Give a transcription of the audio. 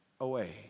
away